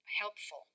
helpful